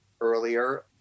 earlier